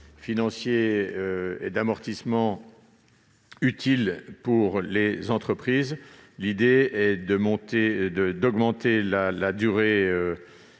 financier d'amortissement utile pour les entreprises. L'amendement vise à augmenter la durée